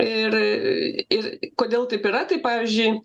ir ir kodėl taip yra tai pavyzdžiui